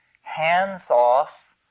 hands-off